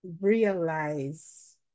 realize